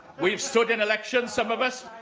we've stood in elections, some of us,